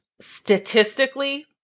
statistically